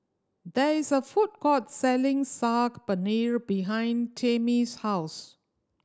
there is a food court selling Saag Paneer behind Tamie's house